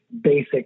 basic